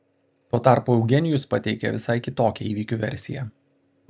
tuo tarpu eugenijus pateikė visai kitokią įvykių versiją